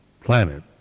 planet